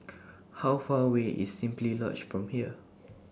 How Far away IS Simply Lodge from here